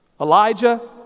Elijah